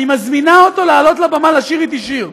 אני מזמינה אותו לעלות לבמה לשיר אתי שיר.